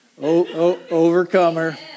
Overcomer